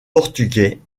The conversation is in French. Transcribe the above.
portugais